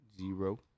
Zero